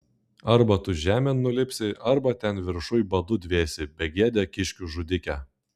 arba tu žemėn nulipsi arba ten viršuj badu dvėsi begėde kiškių žudike